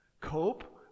Cope